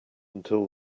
until